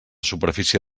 superfície